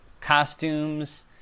costumes